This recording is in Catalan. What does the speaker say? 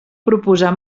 proposar